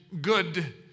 good